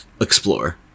explore